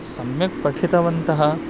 सम्यक् पठितवन्तः